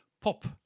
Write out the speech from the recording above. pop